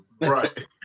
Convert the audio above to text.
Right